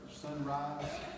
Sunrise